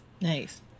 Nice